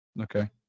Okay